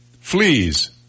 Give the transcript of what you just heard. Fleas